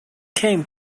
came